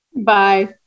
Bye